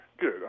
Good